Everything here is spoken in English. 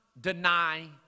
deny